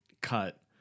cut